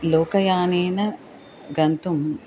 लोकयानेन गन्तुम्